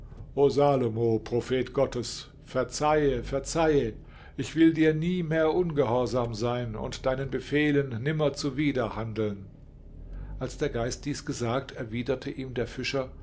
prophet gottes verzeihe verzeihe ich will dir nie mehr ungehorsam sein und deinen befehlen nimmer zuwider handeln als der geist dies gesagt erwiderte ihm der fischer